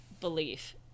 belief